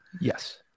Yes